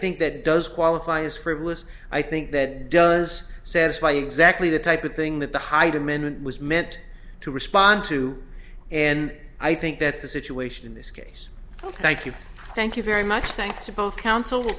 think that does qualify as frivolous i think that does satisfy exactly the type of thing that the hyde amendment was meant to respond to and i think that's a situation in this case thank you thank you very much thanks to both coun